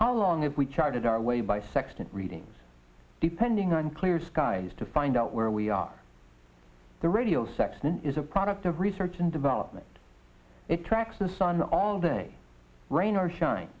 how long if we charted our way by sex readings depending on clear skies to find out where we are the radio sexton is a product of research and development it tracks the sun all day rain or shine